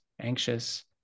anxious